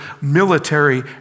military